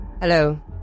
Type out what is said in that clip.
hello